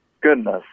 goodness